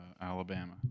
Alabama